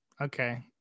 Okay